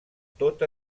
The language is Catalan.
tot